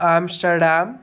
Amsterdam